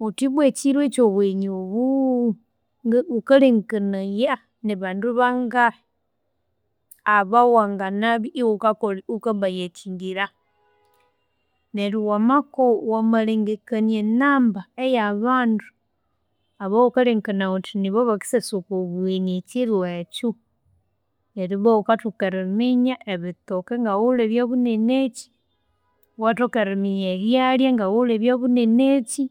wuthi ibwa ekyiro kyobugheni obu ngi wukalengekanaya nibandu bangahi abawanginabya iwuka iwukabudgetingira. Neru wamaku wamalengekania e number eyabandu abawukalengekanaya wuthi nibobakisyasa kobughe ekyiro ekyu, neryu ibwa wukathok eriminya ebitoke ngawuwulhe bya bunenekyi. Iwathoka eriminya ebyalya ngawuwule byabunenekyi